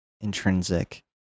intrinsic